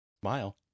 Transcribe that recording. Smile